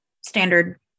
standard